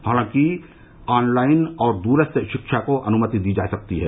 हालांकि ऑनलाइन व दूरस्थ शिक्षा को अनुमति दी जा सकती है